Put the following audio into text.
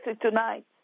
tonight